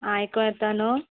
आयको येता न्हू